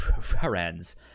friends